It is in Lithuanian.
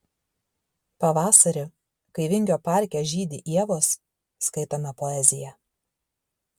pavasarį kai vingio parke žydi ievos skaitome poeziją